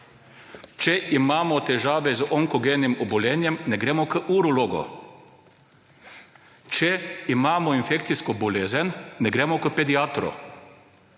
če imamo težave z onkogenim obolenjem, ne gremo k urologu, če imamo infekcijsko bolezen, ne gremo k pediatru.